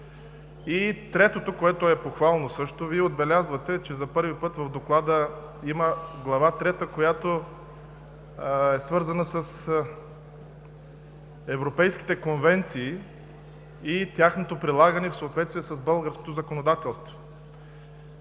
И третото, което е похвално също, Вие отбелязвате, че за първи път в доклада има Глава трета, която е свързана с европейските конвенции и тяхното прилагане в съответствие с българското законодателство,